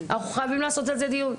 אנחנו חייבים לעשות על זה דיון.